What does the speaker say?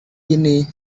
ini